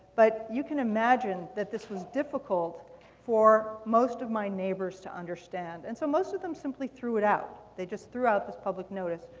but you can imagine that this was difficult for most of my neighbors to understand. and so most of them simply threw it out. they just threw out this public notice,